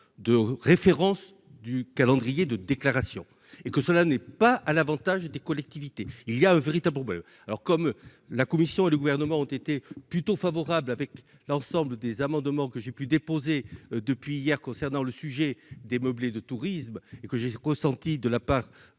de référence du calendrier de déclarations et que cela n'est pas à l'Avantage des collectivités, il y a un véritable poubelle alors comme la commission et le gouvernement ont été plutôt favorable, avec l'ensemble des amendements que j'ai pu déposer depuis hier concernant le sujet des meublés de tourisme et que j'ai ressenti de la part